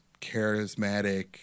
charismatic